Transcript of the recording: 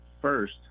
first